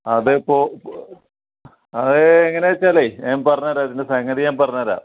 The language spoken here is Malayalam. അത് ഇപ്പോൾ ഇപ്പോൾ അതേ എങ്ങനെ എന്നുവെച്ചാലേ ഞാൻ പറഞ്ഞുതരാം ഇതിൻ്റെ സംഗതി ഞാൻ പറഞ്ഞുതരാം